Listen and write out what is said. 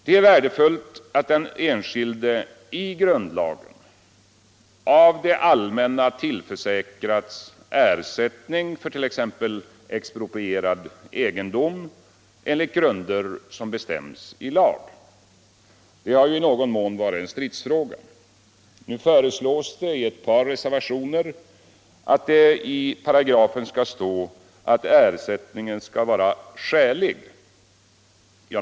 Det är värdefullt att den enskilde i grundlag av det allmänna tillförsäkrats ersättning för t.ex. exproprierad egendom enligt grunder som bestäms i lag. Detta har i någon mån varit en stridsfråga. Nu föreslås det i ett par reservationer att det i paragrafen skall stå, att ersättningen skall vara ”skälig”.